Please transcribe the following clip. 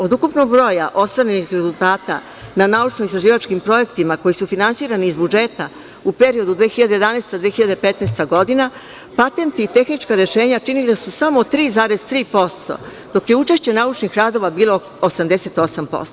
Od ukupnog broja ostvarenih rezultata na naučno-istraživačkim projektima koji su finansirani iz budžeta u periodu od 2011. do 2015. godine, patenti i tehnička rešenja činila su samo 3,3%, dok je učešće naučnih radova bilo 88%